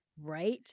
Right